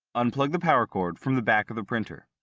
unplug the power cord from the back of the printer.